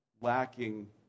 lacking